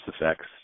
effects